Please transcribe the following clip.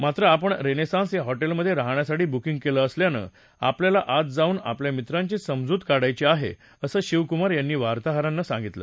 मात्र आपण रेनेसान्स या हॉटेलमधे राहण्यासाठी बुकिंग केलं असल्यानं आपल्याला आत जाऊन आपल्या मित्रांची समजूत काढायची आहे असं शिवकुमार यांनी वार्ताहरांना सांगितलं